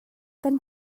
kan